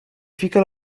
fica